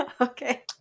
okay